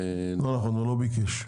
לא נכון, הוא לא ביקש,